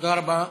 תודה רבה.